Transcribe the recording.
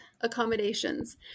accommodations